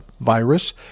virus